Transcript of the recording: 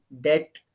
debt